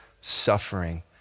suffering